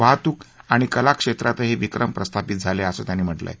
वाहतूक आणि कलाक्षेत्रातही विक्रम प्रस्थापित झाले असं त्यांनी म्हटलं आहे